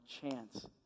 chance